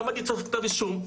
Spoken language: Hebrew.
למה אני צריך כתב אישום?